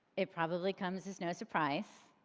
it probably comes as no surprise,